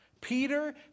Peter